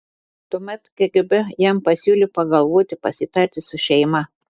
tuomet kgb jam pasiūlė pagalvoti pasitarti su šeima